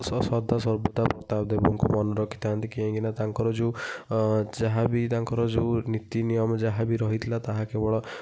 ସଦା ସର୍ବଦା ପ୍ରତାପ ଦେବଙ୍କୁ ମନେ ରଖି ଥାଆନ୍ତି କାହିଁକି ନା ତାଙ୍କର ଯେଉଁ ଯାହା ବି ତାଙ୍କର ଯେଉଁ ନୀତି ନିୟମ ଯାହା ବି ରହିଥିଲା ତାହା କେବଳ